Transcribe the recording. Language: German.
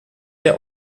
der